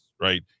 right